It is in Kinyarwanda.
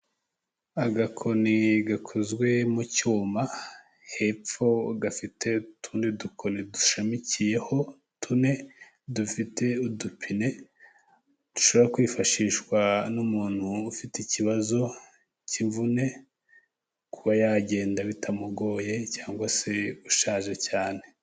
Agakoni gakozwe mu cyuma hepfo gafite utundi dukoni dushamikiyeho tune dufite udupine, dushobora kwifashishwa n'umuntu ufite ikibazo cy'imvune kuba yagenda bitamugoye cyangwa se ushaje cyane.